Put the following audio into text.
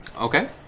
Okay